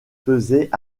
faisait